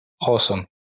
awesome